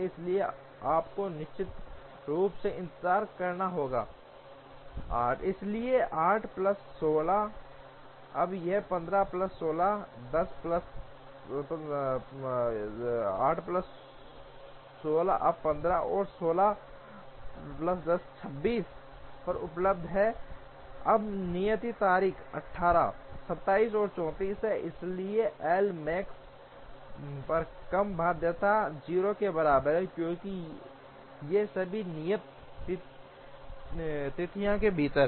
इसलिए आपको निश्चित रूप से इंतजार करना होगा 8 इसलिए 8 प्लस 8 16 अब यह 15 16 प्लस 10 26 पर उपलब्ध है अब नियत तारीखें 18 27 और 34 हैं इसलिए एल मैक्स पर कम बाध्यता 0 के बराबर है क्योंकि ये सभी नियत तिथियों के भीतर हैं